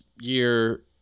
year